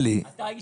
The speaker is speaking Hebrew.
הסעיף?